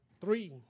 Three